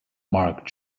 mark